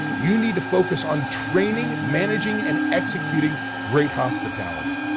you need to focus on training, managing and executing great hospitality.